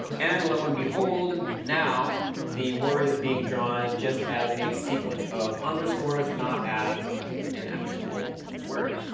and lo and behold, now the word is being drawn just as a sequence of underscores, not as an actual word.